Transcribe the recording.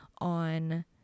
on